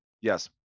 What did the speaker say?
Yes